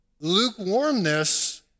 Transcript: lukewarmness